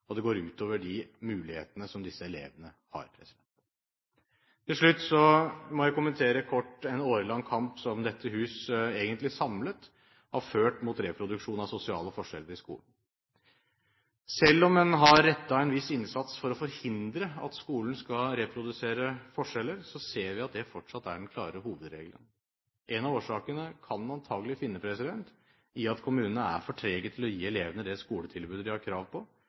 går ut over de mulighetene som disse elevene har. Til slutt må jeg kommentere kort en årelang kamp som dette hus, egentlig samlet, har ført mot reproduksjon av sosiale forskjeller i skolen. Selv om en har rettet en viss innsats for å forhindre at skolen skal reprodusere forskjeller, ser vi at det fortsatt er den klare hovedregelen. Én av årsakene kan en antakelig finne i at kommunene er for trege til å gi elevene det skoletilbudet de har krav på,